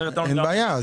אחרת לא --- אין בעיה.